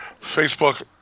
facebook